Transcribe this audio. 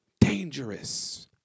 dangerous